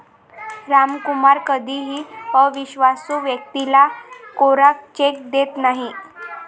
रामकुमार कधीही अविश्वासू व्यक्तीला कोरा चेक देत नाही